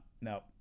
no